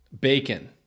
bacon